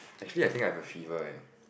actually I think I have a fever eh